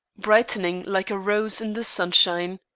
brightening like a rose in the sunshine.